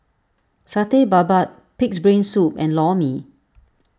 Satay Babat Pig's Brain Soup and Lor Mee